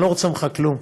אני לא רוצה ממך כלום.